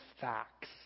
facts